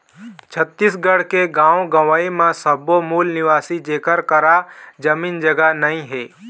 छत्तीसगढ़ के गाँव गंवई म सब्बो मूल निवासी जेखर करा जमीन जघा नइ हे